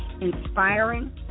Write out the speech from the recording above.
inspiring